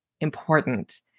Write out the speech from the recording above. important